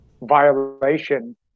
violation